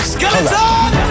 Skeleton